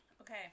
Okay